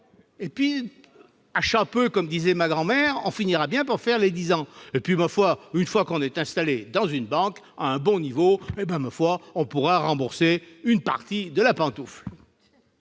repart. À cha peu, comme disait ma grand-mère, on finira bien par faire les dix ans ... Et puis, quand on sera installé dans une banque à un bon niveau, ma foi, on pourra rembourser une partie de la pantoufle.